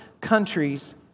countries